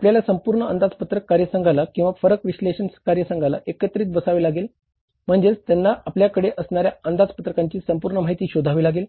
आपल्या संपूर्ण अंदाजपत्रक कार्यसंघाला किंवा फरक विश्लेषण कार्यसंघाला एकत्रित बसावे लागेल म्हणजेच त्यांना आपल्याकडे असणाऱ्या अंदाजपत्रकाची संपूर्ण माहिती शोधावी लागेल